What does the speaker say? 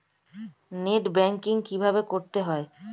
Net banking কীভাবে করতে হয়?